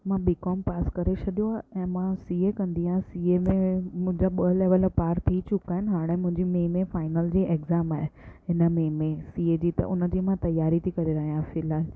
मां B Com pass करे छॾियो ऐं मां सीए कंदी आहियां सीए में मुंहिंजा ॿ लेवल पार थी चुका आहिनि हाणे मुंहिंजी मे में फाइनल जी एक्ज़ाम आहे हिन मे में सीए जी त उन जी मां तयारी थी करे रहिया फ़िलहालु